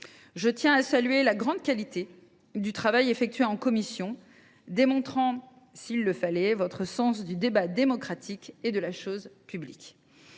Je tiens à saluer la grande qualité du travail effectué en commission, qui a démontré, s’il le fallait, votre sens du débat démocratique et de la chose publique.